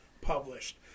published